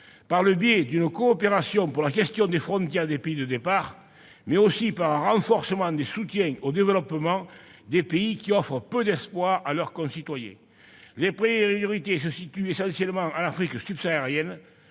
d'établir des coopérations pour la gestion des frontières des pays de départ, mais aussi de renforcer les soutiens apportés au développement des pays offrant peu d'espoirs à leurs concitoyens. Les priorités se situent essentiellement en Afrique subsaharienne,